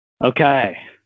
okay